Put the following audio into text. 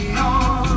on